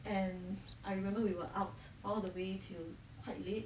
and I remember we were out all the way till quite late